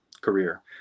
career